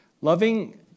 Loving